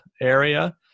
area